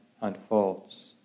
unfolds